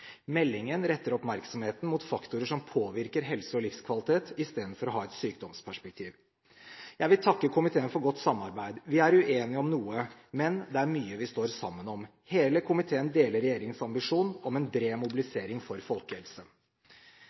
Meldingen retter oppmerksomheten mot faktorer som påvirker helse og livskvalitet, istedenfor å ha et sykdomsperspektiv. Jeg vil takke komiteen for godt samarbeid. Vi er uenige om noe, men det er mye vi står sammen om. Hele komiteen deler regjeringens ambisjon om en bred mobilisering for folkehelse.